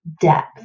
depth